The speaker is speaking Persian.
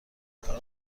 کار